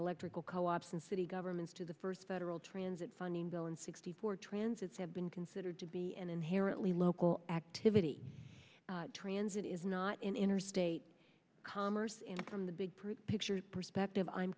electrical co ops and city governments to the first federal transit funding bill in sixty four transits have been considered to be an inherently local activity transit is not an interstate commerce in from the big picture perspective i'm